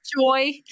Joy